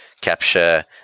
capture